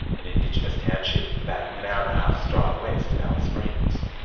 an indigenous township about an hour and a half's drive west of alice springs.